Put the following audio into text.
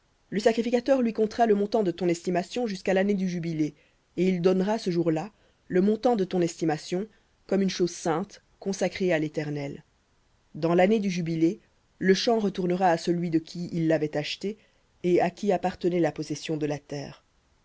le sacrificateur lui comptera le montant de ton estimation jusqu'à l'année du jubilé et il donnera ce jour-là le montant de ton estimation comme une chose sainte à léternel dans l'année du jubilé le champ retournera à celui de qui il l'avait acheté et à qui appartenait la possession de la terre